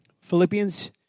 Philippians